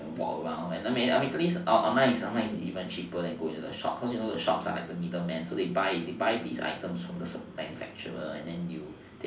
and walk around and basically online online is even cheaper than going to shops cause you know the shops are like the middleman so they buy they buy these items from the manufacturers so you